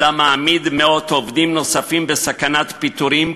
אלא מעמידה מאות עובדים נוספים בסכנת פיטורין,